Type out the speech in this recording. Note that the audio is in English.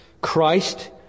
Christ